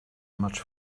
much